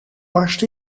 barst